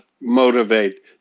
motivate